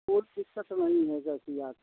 कोई दिक़्क़त नहीं है जैसी आपकी